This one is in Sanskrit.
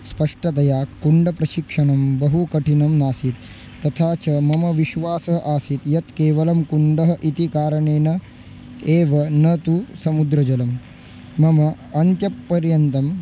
स्पष्टतया कुण्डप्रशिक्षणं बहु कठिनम् नासीत् तथा च मम विश्वासः आसीत् यत् केवलं कुण्डः इति कारणेन एव न तु समुद्रजलं मम अन्त्यपर्यन्तं